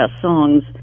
songs